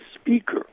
speaker